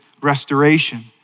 restoration